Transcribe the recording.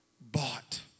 bought